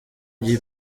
gihe